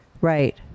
Right